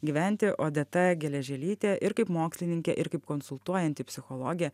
gyventi odeta geležėlytė ir kaip mokslininkė ir kaip konsultuojanti psichologė